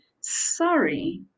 sorry